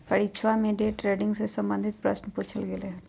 परीक्षवा में day trading से संबंधित प्रश्न पूछल गय लय